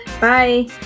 Bye